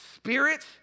Spirit